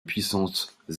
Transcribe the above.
puissances